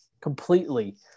completely